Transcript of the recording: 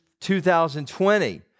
2020